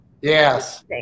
yes